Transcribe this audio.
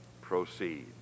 proceed